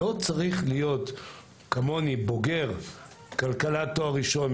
לא צריך להיות כמוני בוגר כלכלה תואר ראשון,